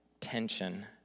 tension